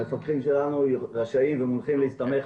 המסופים שלנו רשאים ויכולים להסתמך